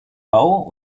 bau